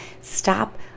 Stop